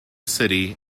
city